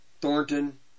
Thornton